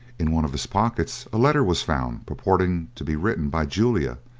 in one of his pockets a letter was found purporting to be written by julia,